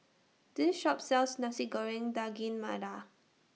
This Shop sells Nasi Goreng Daging Merah